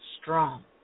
Strong